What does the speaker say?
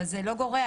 אבל זה לא גורע.